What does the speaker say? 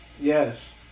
yes